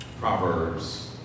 Proverbs